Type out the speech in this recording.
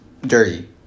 dirty